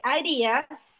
ideas